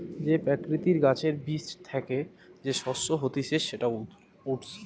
যে প্রকৃতির গাছের বীজ থ্যাকে যে শস্য হতিছে সেটা ওটস